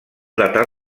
datar